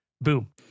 Boom